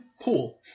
Pool